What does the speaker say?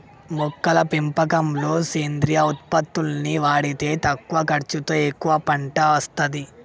మొక్కల పెంపకంలో సేంద్రియ ఉత్పత్తుల్ని వాడితే తక్కువ ఖర్చుతో ఎక్కువ పంట అస్తది